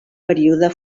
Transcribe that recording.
període